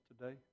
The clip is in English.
today